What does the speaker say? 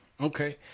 okay